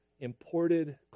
imported